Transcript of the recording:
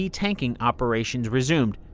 detanking operations resumed.